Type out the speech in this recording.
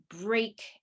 break